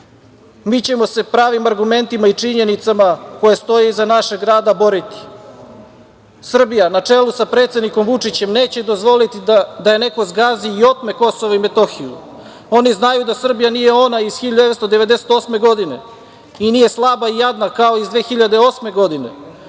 ćemo se pravim argumentima i činjenicama koje stoje iza našeg rada boriti. Srbija, na čelu sa predsednikom Vučićem, neće dozvoliti da je neko zgazi i otme Kosovo i Metohiju. Oni znaju da Srbija nije ona iz 1998. godine i nije slaba i jadna kao iz 2008. godine,